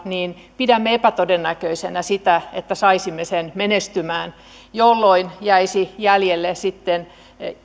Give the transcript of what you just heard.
niin pidämme epätodennäköisenä sitä että saisimme sen menestymään jolloin jäisi jäljelle sitten